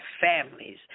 families